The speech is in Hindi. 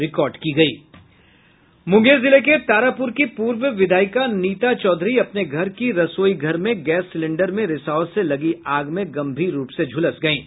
मूंगेर जिला के तारापूर की पूर्व विधायिका नीता चौधरी अपने घर की रसोई घर में गैस सिलेंडर में रिसाव से लगी आग में गंभीर रूप से झुलस गयीं